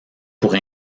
pour